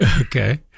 Okay